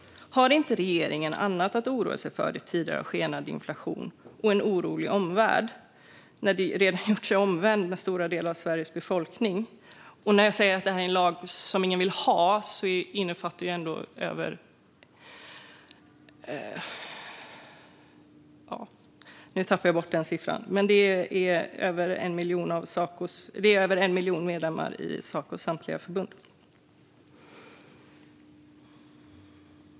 Har inte regeringen annat att oroa sig över i tider av skenande inflation och en orolig omvärld? Den har dessutom redan gjort sig ovän med stora delar av Sveriges befolkning. När jag säger att det är en lag som ingen vill ha innefattar det stora delar av Sacos över 1 miljon medlemmar i samtliga förbund.